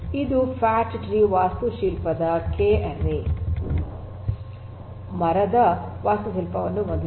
ಇದು fat tree ವಾಸ್ತುಶಿಲ್ಪದಲ್ಲಿ ಕೆ ಆರಿ ಮರದ ವಾಸ್ತುಶಿಲ್ಪವನ್ನು ಹೊಂದಿದೆ